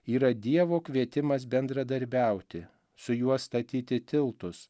yra dievo kvietimas bendradarbiauti su juo statyti tiltus